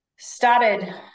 Started